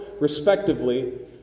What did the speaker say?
respectively